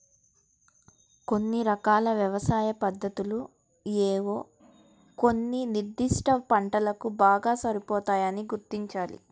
కొన్ని రకాల వ్యవసాయ పద్ధతులు ఏవో కొన్ని నిర్దిష్ట పంటలకు బాగా సరిపోతాయని గుర్తించాలి